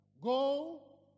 Go